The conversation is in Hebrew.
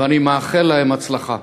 אני מאחל להם הצלחה.